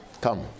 Come